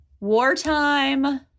Wartime